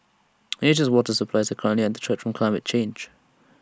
Asia's water supply is currently under threat from climate change